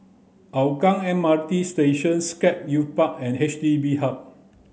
Hougang M R T Station Scape Youth Park and H D B Hub